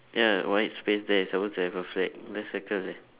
ya white space there it's suppose to have a flag just circle there